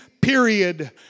period